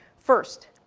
first,